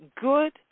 good